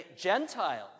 Gentiles